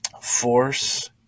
force